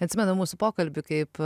atsimenu mūsų pokalbį kaip